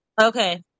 Okay